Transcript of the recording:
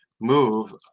move